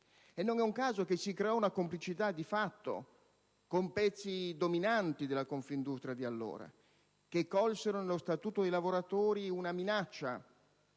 Non è un caso che si creò una complicità di fatto con pezzi dominanti della Confindustria di allora, che colsero nello Statuto dei lavoratori una minaccia